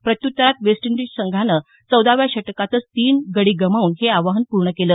प्रत्युत्तरात वेस्ट इंडिजच्या संघान चौदाव्या षटकातच तीन गडी गमावून हे आवाहन पूर्ण केलं